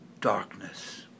darkness